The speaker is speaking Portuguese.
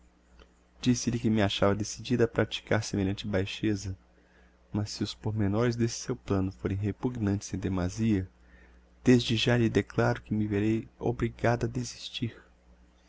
disse-lhe que me achava decidida a praticar semelhante baixeza mas se os pormenores d'esse seu plano forem repugnantes em demasia desde já lhe declaro que me verei obrigada a desistir